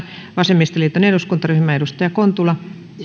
vasemmistoliiton eduskuntaryhmä edustaja kontula